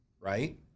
right